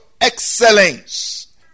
excellence